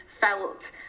felt